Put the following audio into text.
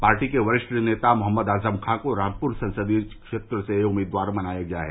party के वरिष्ठ नेता मोहम्मद आजम खान को रामपुर संसदीय क्षेत्र से उम्मीदवार बनाया गया है